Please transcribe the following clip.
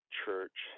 church